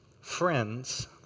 Friends